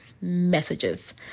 messages